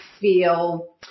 feel